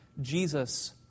Jesus